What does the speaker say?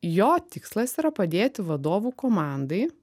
jo tikslas yra padėti vadovų komandai